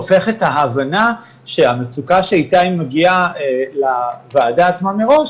הופך את ההבנה שהמצוקה שאיתה היא מגיעה לוועדה עצמה מראש,